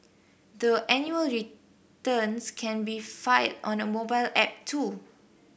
the annual returns can be filed on a mobile app too